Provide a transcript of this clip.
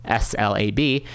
SLAB